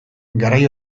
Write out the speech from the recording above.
garai